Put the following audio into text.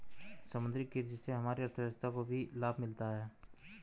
समुद्री कृषि से हमारी अर्थव्यवस्था को भी लाभ मिला है